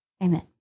Amen